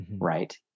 Right